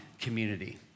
community